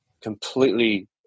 completely